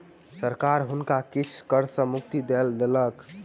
सरकार हुनका किछ कर सॅ मुक्ति दय देलक